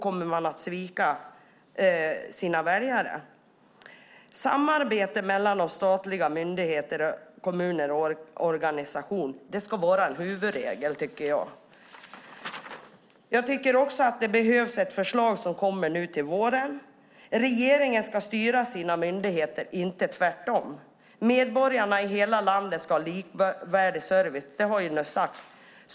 Kommer man att svika sina väljare? Samarbete mellan statliga myndigheter, kommuner och organisationer ska vara en huvudregel. Det behövs ett förslag nu till våren. Regeringen ska styra sina myndigheter, inte tvärtom. Medborgarna i hela landet ska ha likvärdig service; det har ni sagt.